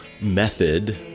method